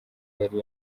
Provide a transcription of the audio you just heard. yari